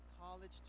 college